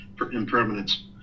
impermanence